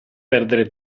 perdere